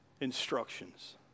instructions